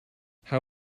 how